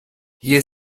hier